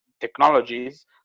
technologies